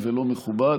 לרוב,